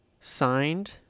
signed